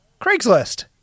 Craigslist